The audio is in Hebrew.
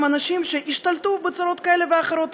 אנשים שהשתלטו עליהן בצורות כאלה ואחרות.